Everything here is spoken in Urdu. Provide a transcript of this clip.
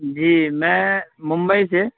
جی میں ممبئی سے